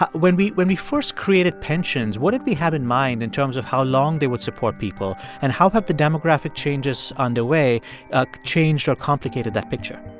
ah when we when we first created pensions, what did we have in mind in terms of how long they would support people? and how have the demographic changes underway changed or complicated that picture?